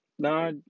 No